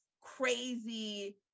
crazy